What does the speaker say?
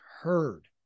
heard